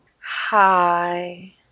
Hi